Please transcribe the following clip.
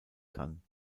kann